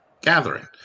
gathering